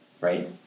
right